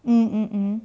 mm mm mm